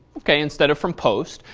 ok, instead of from post.